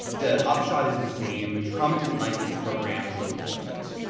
the upshot is the same. trump didn't like this program so he killed it.